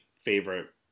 favorite